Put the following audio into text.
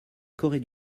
corée